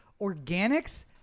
organics